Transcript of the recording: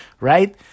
right